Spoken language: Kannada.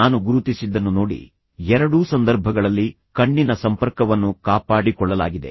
ನಾನು ಗುರುತಿಸಿದ್ದನ್ನು ನೋಡಿ ಎರಡೂ ಸಂದರ್ಭಗಳಲ್ಲಿ ಕಣ್ಣಿನ ಸಂಪರ್ಕವನ್ನು ಕಾಪಾಡಿಕೊಳ್ಳಲಾಗಿದೆ